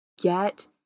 get